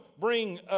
bring